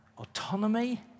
Autonomy